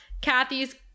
Kathy's